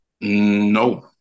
No